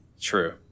True